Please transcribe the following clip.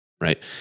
right